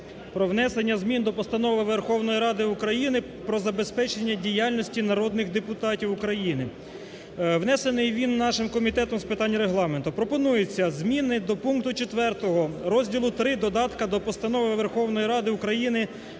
про внесення змін до Постанови Верховної Ради України "Про забезпечення діяльності народних депутатів України". Внесений він нашим Комітетом з питань Регламенту. Пропонується зміни до пункту 4 розділу ІІІ додатка до Постанови Верховної Ради України